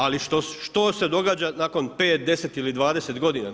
Ali što se događa nakon 5, 10 ili 20 godina?